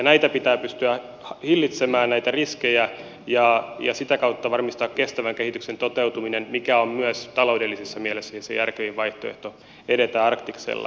näitä riskejä pitää pystyä hillitsemään ja sitä kautta varmistaa kestävän kehityksen toteutuminen mikä on myös taloudellisessa mielessä se järkevin vaihtoehto edetä arktiksella